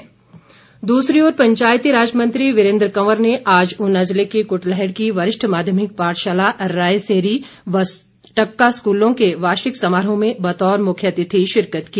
वीरेन्द्र कंवर दूसरी ओर पंचायती राजमंत्री वीरेन्द्र कंवर ने आज उना जिले के कुटलैहड़ की वरिष्ठ माध्यमिक पाठशाला रायसेंरी व टका स्कूलों के वार्षिक समारोह में बतौर मुख्यातिथि शिरकत की